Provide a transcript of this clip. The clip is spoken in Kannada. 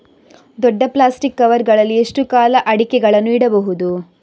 ದೊಡ್ಡ ಪ್ಲಾಸ್ಟಿಕ್ ಕವರ್ ಗಳಲ್ಲಿ ಎಷ್ಟು ಕಾಲ ಅಡಿಕೆಗಳನ್ನು ಇಡಬಹುದು?